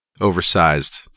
oversized